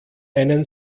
einen